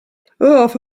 half